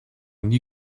nie